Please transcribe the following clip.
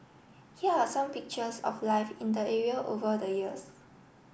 here are some pictures of life in the area over the years